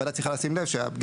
הוועדה צריכה לשים לב שהפגיעה,